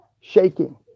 shaking